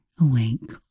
awake